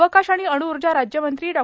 अवकाश आणि अणुऊर्जा राज्यमंत्री डॉ